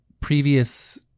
previous